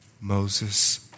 Moses